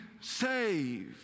saved